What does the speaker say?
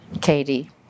Katie